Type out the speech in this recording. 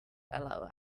allow